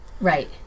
Right